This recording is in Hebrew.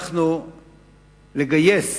הצלחנו לגייס